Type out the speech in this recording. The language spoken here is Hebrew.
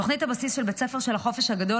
תוכנית הבסיס של בית ספר של החופש הגדול,